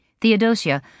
Theodosia